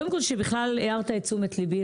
כול שבכלל הערת את תשומת לבי.